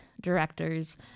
directors